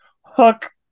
Hook